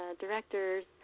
directors